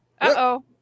Uh-oh